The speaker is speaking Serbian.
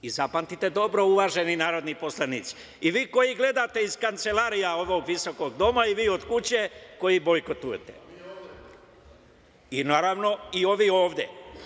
Zapamtite dobro, uvaženi narodni poslanici, i vi koji gledate iz kancelarija ovog visokog doma i vi od kuće koji bojkotujete, a naravno i ovi ovde.